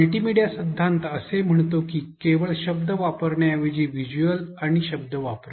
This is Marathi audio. मल्टीमीडिया सिद्धांत असे म्हणतो की केवळ शब्द वापरण्याऐवजी व्हिज्युअल आणि शब्द वापरा